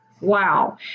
wow